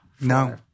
no